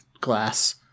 glass